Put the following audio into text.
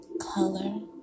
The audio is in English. color